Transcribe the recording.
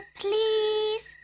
please